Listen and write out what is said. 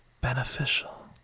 beneficial